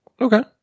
Okay